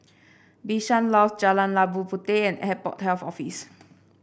Bishan Loft Jalan Labu Puteh and Airport Health Office